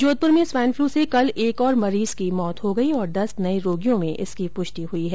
जोधपुर में swine flu से कल एक और मरीज की मौत हो गई और दस नए रोगियों में इसकी पुष्टी हुई है